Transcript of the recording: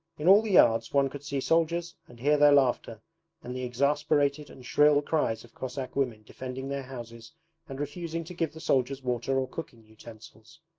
in all the yards one could see soldiers and hear their laughter and the exasperated and shrill cries of cossack women defending their houses and refusing to give the soldiers water or cooking utensils.